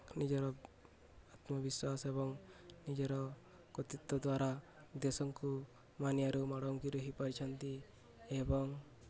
ନିଜର ଆତ୍ମବିଶ୍ୱାସ ଏବଂ ନିଜର କୃତିତ୍ୱ ଦ୍ୱାରା ଦେଶଙ୍କୁ ମାନିଆରୁ ହୋଇପାରିଛନ୍ତି ଏବଂ